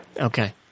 Okay